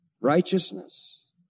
righteousness